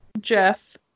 Jeff